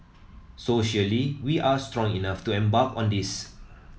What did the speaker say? socially we are strong enough to embark on this